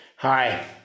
Hi